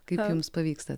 kaip jums pavyksta